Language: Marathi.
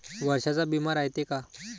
वर्षाचा बिमा रायते का?